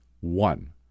one